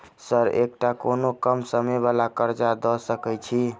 Sir एकटा कोनो कम समय वला कर्जा दऽ सकै छी?